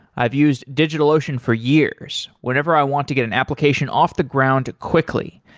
i've used digitalocean for years whenever i want to get an application off the ground quickly,